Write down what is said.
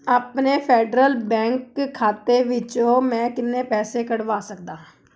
ਆਪਣੇ Federal Bank ਖਾਤੇ ਵਿੱਚੋਂ ਮੈਂ ਕਿੰਨੇ ਪੈਸੇ ਕੱਢਵਾ ਸਕਦਾ ਹਾਂ